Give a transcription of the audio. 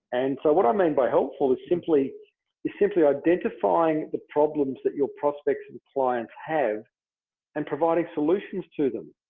and so what i mean by helpful is simply is simply identifying the problems that your prospects and clients have and providing solutions to them.